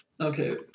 Okay